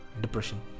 depression